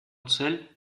цель